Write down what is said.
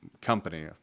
company